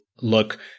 look